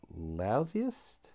lousiest